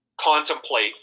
contemplate